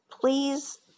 please